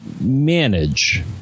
manage